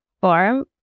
form